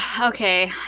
okay